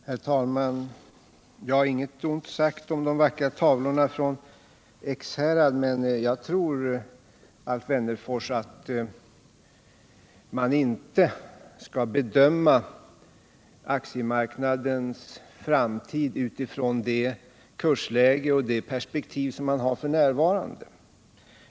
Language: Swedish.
Herr talman! Inget ont sagt om de vackra tavlorna från Ekshärad, men jag tror, Alf Wennerfors, att man inte skall bedöma aktiemarknadens framtid utifrån det kursläge och perspektiv man har f. n.